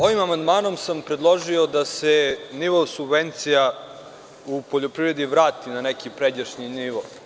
Ovim amandmanom sam predložio da se nivo subvencija u poljoprivredi vrati na neki pređašnji nivo.